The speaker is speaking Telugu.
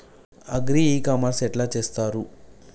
అగ్రి ఇ కామర్స్ ఎట్ల చేస్తరు?